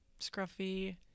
scruffy